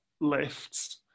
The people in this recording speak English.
lifts